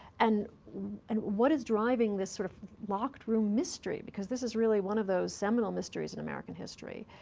and and what is driving this sort of locked-room mystery? because this is really one of those seminal mysteries in american history,